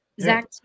Zach